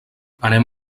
anem